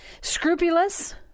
scrupulous